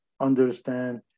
understand